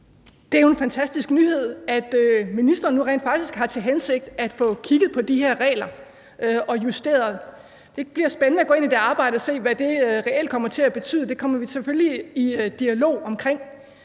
Det er jo en fantastisk nyhed, at ministeren nu rent faktisk har til hensigt at få kigget på de her regler og justeret dem. Det bliver spændende at gå ind i det arbejde og se, hvad det reelt kommer til at betyde. Det kommer vi selvfølgelig i dialog omkring.